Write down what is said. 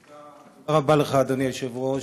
תודה רבה לך, אדוני היושב-ראש.